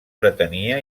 pretenia